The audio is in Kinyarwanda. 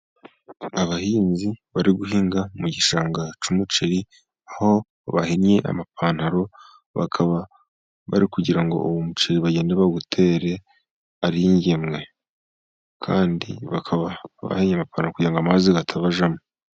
Abahinzi bari guhinga mu gishanga cy'umuceri aho bahinnye amapantaro, bakaba bari kugira ngo uwo muceri bagende bawutere ari igemwe, kandi bakaba babikora kugira ngo amazi atabajyamo.